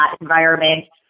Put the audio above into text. environment